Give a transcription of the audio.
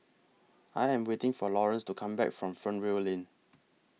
I Am waiting For Lawrance to Come Back from Fernvale Lane